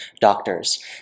doctors